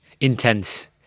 Intense